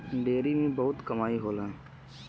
dairy में बहुत कमाई होला